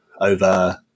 over